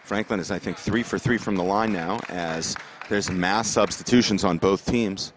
franklin is i think three for three from the line now as there's mass substitutions on both teams